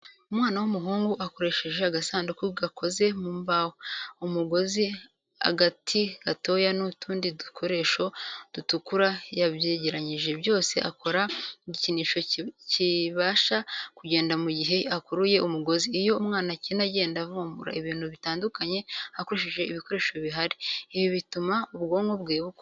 Umwana w'umuhungu akoresheje agasanduku gakoze mu mbaho, umugozi, agati gatoya n'utundi dukoresho dutukura yabyegeranyije byose akora igikinisho kibasha kugenda mu gihe akuruye umugozi, iyo umwana akina agenda avumbura ibintu bitandukanye akoresheje ibikoresho bihari, ibi bituma ubwonko bwe bukura.